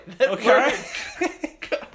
Okay